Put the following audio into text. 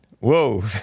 Whoa